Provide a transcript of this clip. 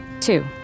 Two